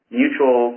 mutual